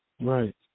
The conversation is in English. Right